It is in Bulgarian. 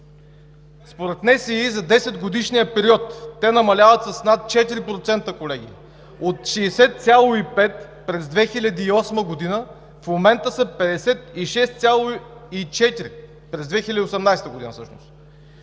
Според НСИ за 10-годишния период те намаляват с над 4%, колеги. От 60,5% през 2008 г. в момента са 56,4%, през 2018 г.